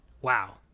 Wow